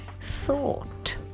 thought